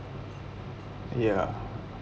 ya